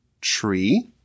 tree